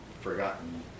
forgotten